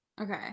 Okay